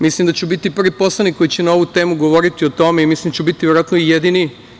Mislim da ću biti prvi poslanik koji će na ovu temu govoriti o tome i mislim da ću biti verovatno i jedini.